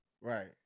Right